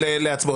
להצבעות.